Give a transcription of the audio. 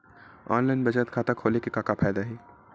online बचत खाता खोले के का का फ़ायदा हवय